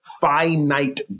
finite